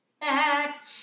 back